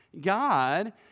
God